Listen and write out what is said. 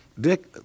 Dick